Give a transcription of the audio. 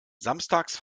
samstags